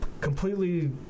completely